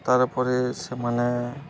ତା'ରପରେ ସେମାନେ